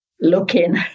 looking